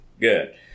good